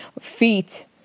feet